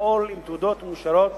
לפעול עם תעודות מאושרות